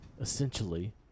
essentially